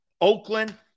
Oakland